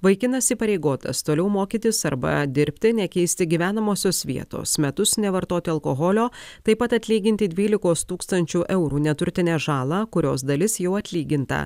vaikinas įpareigotas toliau mokytis arba dirbti nekeisti gyvenamosios vietos metus nevartoti alkoholio taip pat atlyginti dvylikos tūkstančių eurų neturtinę žalą kurios dalis jau atlyginta